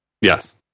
Yes